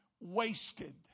wasted